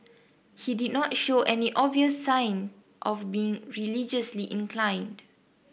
he did not show any obvious sign of being religiously inclined